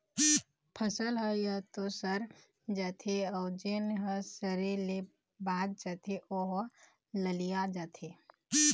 फसल ह य तो सर जाथे अउ जेन ह सरे ले बाच जाथे ओ ह ललिया जाथे